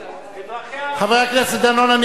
חבר הכנסת דנון,